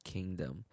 Kingdom